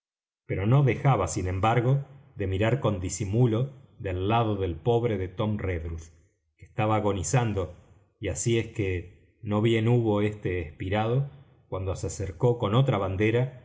pero no dejaba sin embargo de mirar con disimulo del lado del pobre de tom redruth que estaba agonizando y así es que no bien hubo éste espirado cuando se acercó con otra bandera